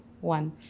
one